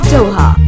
Doha